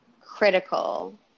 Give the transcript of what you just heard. critical